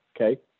okay